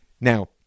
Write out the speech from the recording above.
Now